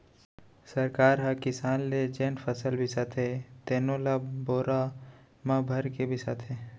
सरकार ह किसान ले जेन फसल बिसाथे तेनो ल बोरा म भरके बिसाथे